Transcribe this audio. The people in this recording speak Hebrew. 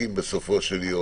אנחנו